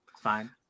fine